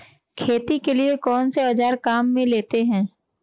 खेती के लिए कौनसे औज़ार काम में लेते हैं?